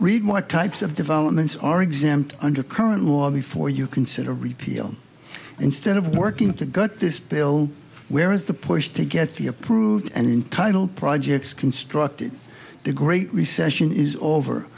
more types of developments are exempt under current law before you consider repeal instead of working to gut this bill where is the push to get the approved and entitle projects constructed the great recession is over